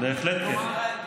בהחלט כן.